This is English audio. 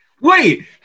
Wait